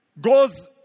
goes